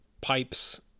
pipes